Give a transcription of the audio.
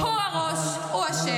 הוא הראש, הוא אשם.